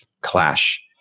clash